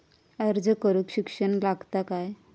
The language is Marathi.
अर्ज करूक शिक्षण लागता काय?